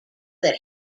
that